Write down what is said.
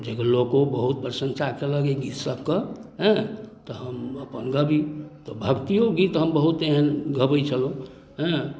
जे लोको बहुत प्रशंसा कयलक ई गीत सब कऽ हँ तऽ हम अपन गाबी तऽ भक्तियो गीत हम बहुत एहन गबैत छलहुँ हँ